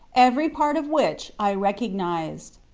every part of which i recognised.